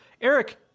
eric